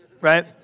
right